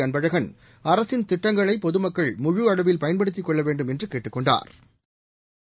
அன்பழகன் அரசின் திட்டங்களை பொதுமக்கள் முழு அளவில் பயன்படுத்தி கொள்ள வேண்டும் என்று கேட்டுக் கொண்டாா்